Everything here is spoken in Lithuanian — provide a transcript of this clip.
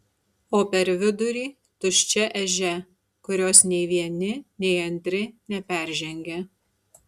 o per vidurį tuščia ežia kurios nei vieni nei antri neperžengia